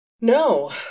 No